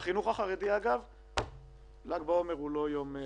אגב, בחינוך החרדי ל"ג בעומר הוא לא יום חופש.